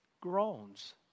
groans